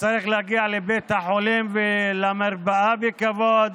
וצריך להגיע לבית החולים ולמרפאה בכבוד.